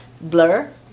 blur